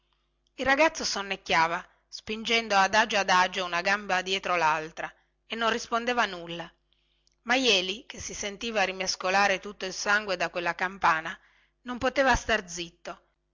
il ragazzo sonnecchiava spingendo adagio adagio una gamba dietro laltra e non rispondeva nulla ma jeli che si sentiva rimescolare tutto il sangue da quella campana non poteva star zitto